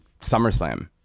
SummerSlam